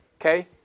Okay